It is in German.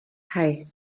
hei